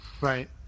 Right